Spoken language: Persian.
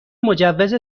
مجوز